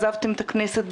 עזבתם את הכנסת,